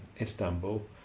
Istanbul